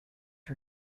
her